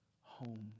home